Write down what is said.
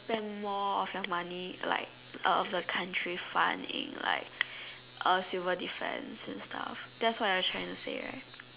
spend more of your money like uh of the country funding like uh civil defence and stuffs that's what you're trying to say right